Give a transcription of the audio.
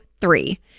three